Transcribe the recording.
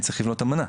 אני צריך לבנות אמנה.